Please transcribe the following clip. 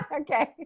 Okay